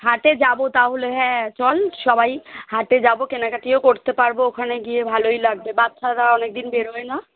হাটে যাব তাহলে হ্যাঁ চল সবাই হাটে যাব কেনাকাটিও করতে পারব ওখানে গিয়ে ভালোই লাগবে বাচ্চারা অনেক দিন বেরোয় না